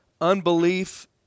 Unbelief